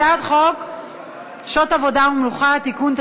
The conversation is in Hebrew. הצעת חוק שעות עבודה ומנוחה (תיקון,